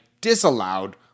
disallowed